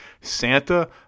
Santa